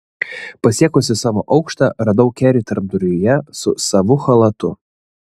pasiekusi savo aukštą radau kerį tarpduryje su savu chalatu